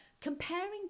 comparing